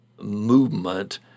movement